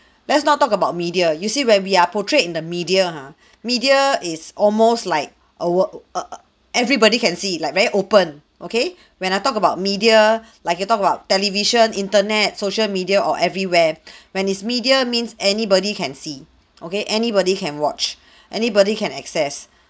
let's not talk about media you see when we are portrayed in the media ha media is almost like a world err everybody can see it like very open okay when I talk about media like you talk about television internet social media or everywhere when it's media means anybody can see okay anybody can watch anybody can access